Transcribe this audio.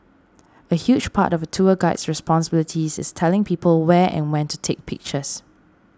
a huge part of a tour guide's responsibilities is telling people where and when to take pictures